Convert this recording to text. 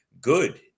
good